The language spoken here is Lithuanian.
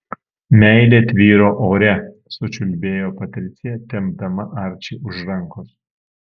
meilė tvyro ore sučiulbėjo patricija tempdama arčį už rankos